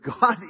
God